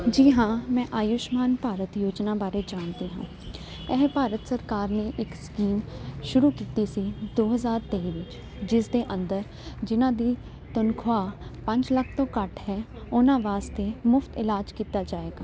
ਜੀ ਹਾਂ ਮੈਂ ਆਯੁਸ਼ਮਾਨ ਭਾਰਤ ਯੋਜਨਾ ਬਾਰੇ ਜਾਣਦੀ ਹਾਂ ਇਹ ਭਾਰਤ ਸਰਕਾਰ ਨੂੰ ਇੱਕ ਸਕੀਮ ਸ਼ੁਰੂ ਕੀਤੀ ਸੀ ਦੋ ਹਜ਼ਾਰ ਤੇਈ ਵਿੱਚ ਜਿਸ ਦੇ ਅੰਦਰ ਜਿਨ੍ਹਾਂ ਦੀ ਤਨਖਾਹ ਪੰਜ ਲੱਖ ਤੋਂ ਘੱਟ ਹੈ ਉਹਨਾਂ ਵਾਸਤੇ ਮੁਫ਼ਤ ਇਲਾਜ ਕੀਤਾ ਜਾਵੇਗਾ